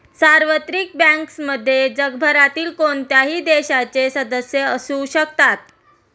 सार्वत्रिक बँक्समध्ये जगभरातील कोणत्याही देशाचे सदस्य असू शकतात